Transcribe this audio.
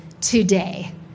today